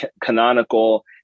canonical